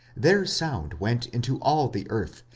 their sound went into all the earth,